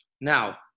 Now